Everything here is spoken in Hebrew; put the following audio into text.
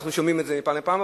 אנחנו שומעים את זה מפעם לפעם,